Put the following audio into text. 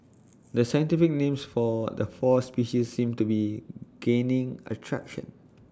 the scientific names for the four species seem to be gaining A traction